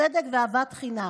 צדק ואהבת חינם.